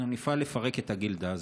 אנחנו נפעל לפרק את הגילדה הזו.